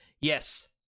yes